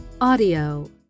audio